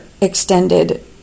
extended